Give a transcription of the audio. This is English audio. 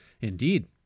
Indeed